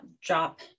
drop